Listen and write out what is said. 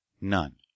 None